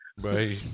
bye